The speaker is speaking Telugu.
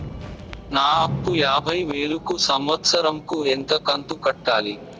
నా అప్పు యాభై వేలు కు సంవత్సరం కు ఎంత కంతు కట్టాలి?